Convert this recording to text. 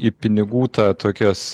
į pinigų tą tokias